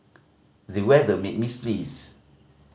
the weather made me sneeze